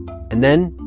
and then,